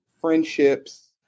friendships